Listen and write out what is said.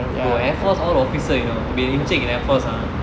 bro air force all officer you know to be an encik in air force ah